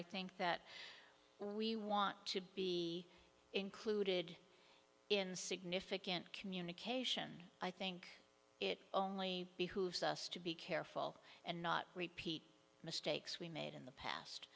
i think that we want to be included in significant communication i think it only behooves us to be careful and not repeat mistakes we made in the past